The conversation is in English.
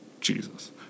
Jesus